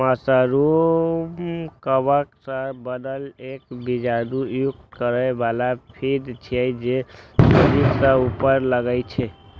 mushroom कवक सं बनल एक बीजाणु युक्त फरै बला पिंड छियै, जे जमीन सं ऊपर उगै छै